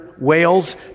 Wales